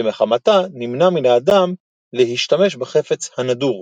שמחמתה נמנע מן האדם להשתמש בחפץ הנדור.